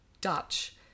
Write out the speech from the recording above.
Dutch